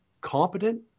competent